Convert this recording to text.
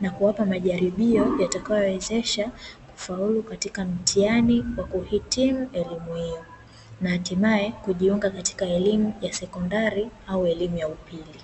na kuwapa majaribio yatayo wawezesha kufaulu katika mtihani wa kuhitimu elimu hiyo na hatimae kujiunga katika elimu ya sekondari au elimu ya upili.